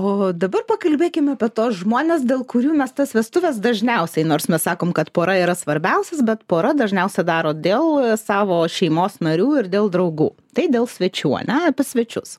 o dabar pakalbėkim apie tuos žmones dėl kurių mes tas vestuves dažniausiai nors mes sakom kad pora yra svarbiausias bet pora dažniausiai daro dėl savo šeimos narių ir dėl draugų tai dėl svečių ane apie svečius